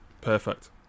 perfect